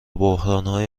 بحرانهای